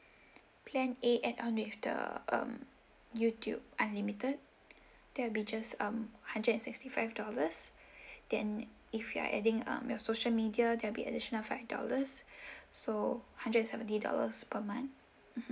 plan A add on with the um youtube unlimited that'll be just um hundred and sixty five dollars then if you're adding um your social media that'll be additional five dollars so hundred seventy dollars per month mmhmm